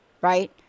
right